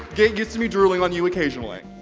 gay gets me drooling on you occasionally.